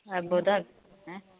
ಆಗ್ಬೋದಾ ಹಾಂ